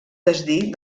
desdir